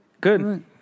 Good